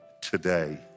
today